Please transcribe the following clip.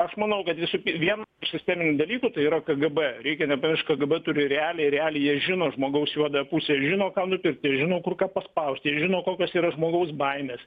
aš manau kad visų pim vien sisteminių dalykų tai yra k g b reikia nepamiršt k g b turi realiai realiai jie žino žmogaus juodąją pusę ir žino ką nupirkti jie žino kur ką paspausti jie žino kokios yra žmogaus baimės